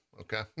Okay